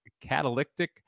catalytic